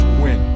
win